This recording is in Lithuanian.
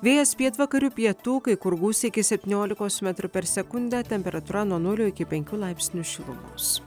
vėjas pietvakarių pietų kai kur gūsiai iki septyniolikos metrų per sekundę temperatūra nuo nulio iki penkių laipsnių šilumos